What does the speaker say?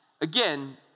Again